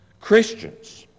Christians